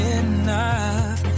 enough